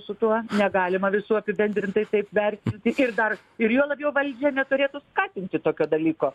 su tuo negalima visų apibendrintai taip vertinti ir dar ir juo labiau valdžia neturėtų skatinti tokio dalyko